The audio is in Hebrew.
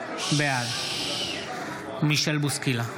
בעד מישל בוסקילה,